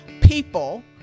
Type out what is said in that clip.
people